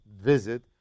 visit